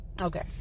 Okay